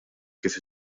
kif